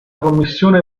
commissione